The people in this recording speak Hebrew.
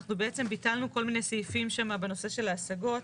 אנחנו בעצם ביטלנו כל מיני סעיפים שם בנושא של ההשגות.